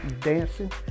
dancing